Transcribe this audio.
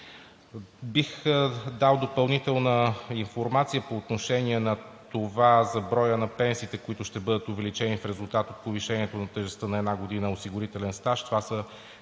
Бих дал допълнителна информация по отношение на това за броя на пенсиите, които ще бъдат увеличени в резултат от повишението на тежестта на една година осигурителен стаж.